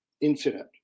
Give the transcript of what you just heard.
incident